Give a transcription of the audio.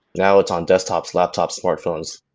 now, it's on desktops, laptops, smartphones,